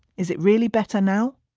is it really better now?